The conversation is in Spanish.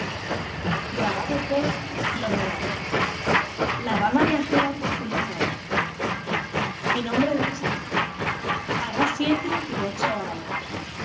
mi nombre de charca hará siete u ocho años